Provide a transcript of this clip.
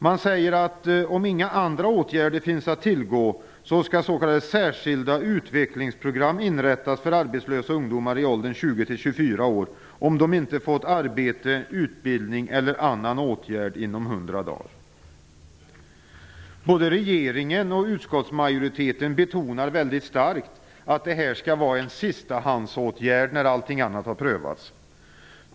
Man säger att om inga andra åtgärder finns att tillgå skall s.k. särskilda utvecklingsprogram inrättas för arbetslösa ungdomar i åldern 20-24 år om de inte fått arbete, utbildning eller annan åtgärd inom 100 dagar. Både regeringen och utskottsmajoriteten betonar mycket starkt att detta skall vara en sistahandsåtgärd när allting annat har prövats.